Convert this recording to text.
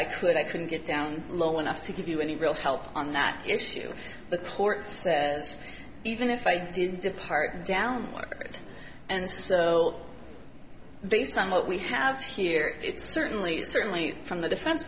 i could i couldn't get down low enough to give you any real help on that issue the court says even if i did depart downward and so based on what we have here it's certainly certainly from the defense